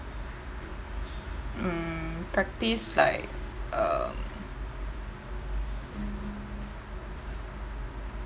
mm practice like um